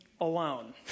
alone